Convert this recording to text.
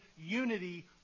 unity